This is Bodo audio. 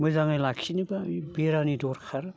मोजाङै लाखिनोबा बेरानि दरखार